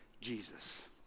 Jesus